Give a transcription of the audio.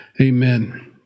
amen